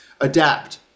Adapt